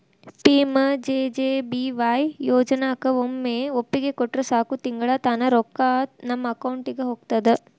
PMJJBY ಯೋಜನಾಕ ಒಮ್ಮೆ ಒಪ್ಪಿಗೆ ಕೊಟ್ರ ಸಾಕು ತಿಂಗಳಾ ತಾನ ರೊಕ್ಕಾ ನಮ್ಮ ಅಕೌಂಟಿದ ಹೋಗ್ತದ